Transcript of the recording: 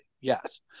Yes